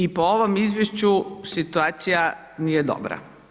I po ovom izvješću situacija nije dobra.